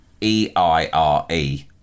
E-I-R-E